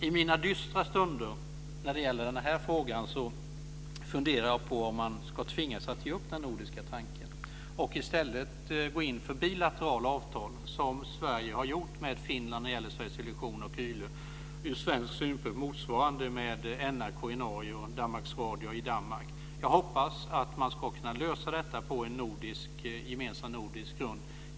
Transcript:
I mina dystra stunder funderar jag i den här frågan på om vi ska tvingas ge upp den nordiska tanken och i stället gå in för bilaterala avtal, som Sverige har gjort mellan Sveriges Television och YLE i Finland och med NRK i Norge och Danmarks Radio i Danmark. Jag hoppas att man ska kunna lösa detta på en gemensam nordisk grund.